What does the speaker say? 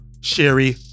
Sherry